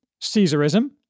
Caesarism